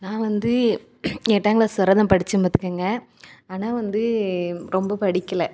நான் வந்து எட்டாம் க்ளாஸ் வர தான் படித்தேன் பார்த்துக்கங்க ஆனால் வந்து ரொம்ப படிக்கலை